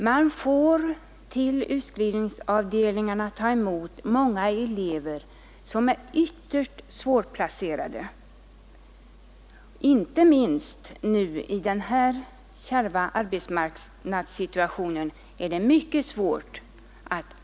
Man får på utskrivningsavdelningarna ta emot många elever som är ytterst svårplacerade, inte minst i dagens kärva arbetsmarknadssituation.